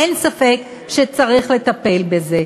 אין ספק שצריך לטפל בזה.